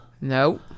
No